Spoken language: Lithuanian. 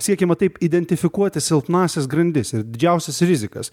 siekiama taip identifikuoti silpnąsias grandis ir didžiausias rizikas